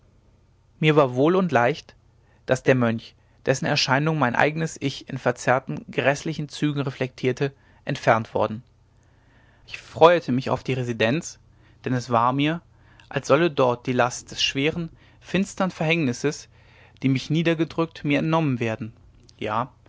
mir war wohl und leicht daß der mönch dessen erscheinung mein eignes ich in verzerrten gräßlichen zügen reflektierte entfernt worden ich freuete mich auf die residenz denn es war mir als solle dort die last des schweren finstern verhängnisses die mich niedergedrückt mir entnommen werden ja